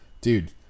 dude